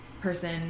person